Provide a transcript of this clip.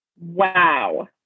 Wow